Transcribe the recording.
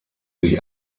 sich